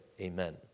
amen